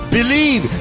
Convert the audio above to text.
Believe